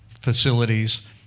facilities